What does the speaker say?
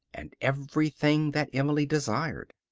and everything that emily desired.